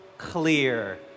clear